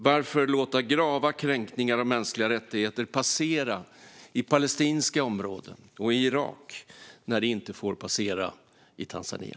Varför låta grava kränkningar av mänskliga rättigheter passera i palestinska områden och i Irak när det inte får passera i Tanzania?